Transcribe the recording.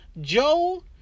Joe